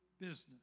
business